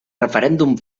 referèndum